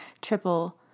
triple